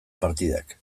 partidak